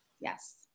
Yes